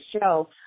show